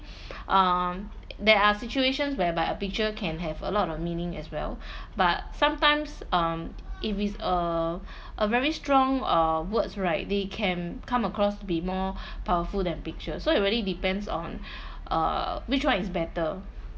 um there are situations whereby a picture can have a lot of meaning as well but sometimes um if it's uh a very strong uh words right they can come across to be more powerful than pictures so it really depends on uh which one is better